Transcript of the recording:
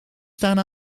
staan